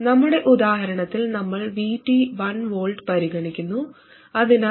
നമ്മുടെ ഉദാഹരണത്തിൽ നമ്മൾ VT 1 V പരിഗണിക്കുന്നു അതിനാൽ